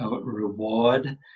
reward